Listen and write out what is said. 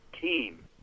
team